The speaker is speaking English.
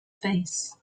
face